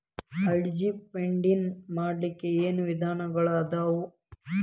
Hedge fund ನ ಮಾಡ್ಲಿಕ್ಕೆ ಏನ್ ವಿಧಾನಗಳದಾವು?